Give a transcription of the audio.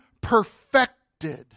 perfected